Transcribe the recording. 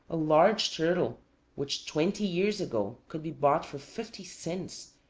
a large turtle which twenty years ago could be bought for fifty cents,